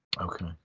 Okay